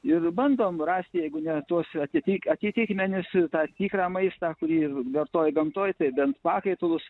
ir bandom rasti jeigu ne tuos ati atitikmenis tą tikrą maistą kurį vartoja gamtoj tai bent pakaitalus